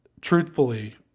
truthfully